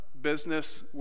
business